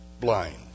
blind